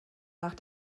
nach